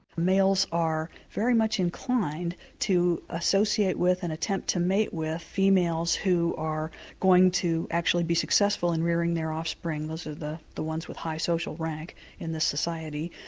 males are very much inclined to associate with and attempt to mate with females who are going to actually be successful in rearing their offspring. these are the the ones with high social rank in the society.